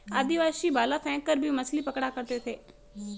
आदिवासी भाला फैंक कर भी मछली पकड़ा करते थे